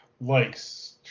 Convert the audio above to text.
Likes